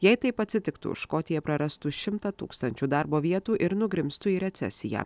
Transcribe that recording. jei taip atsitiktų škotija prarastų šimtą tūkstančių darbo vietų ir nugrimztų į recesiją